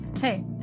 Hey